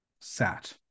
sat